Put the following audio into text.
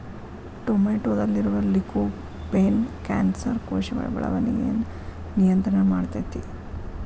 ಟೊಮೆಟೊದಲ್ಲಿರುವ lycopene cancer ಕೋಶಗಳ ಬೆಳವಣಿಗಯನ್ನ ನಿಯಂತ್ರಣ ಮಾಡ್ತೆತಿ